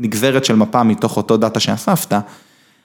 ‫נגזרת של מפה מתוך אותו דאטה ‫שאספת